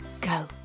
go